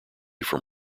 from